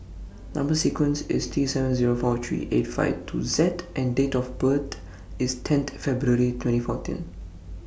Number sequence IS T seven Zero four three eight five two Z and Date of birth IS tenth February twenty fourteen